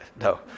no